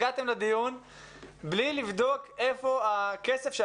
הגעתם לדיון בלי לבדוק איפה הכסף תקוע?